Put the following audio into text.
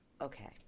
okay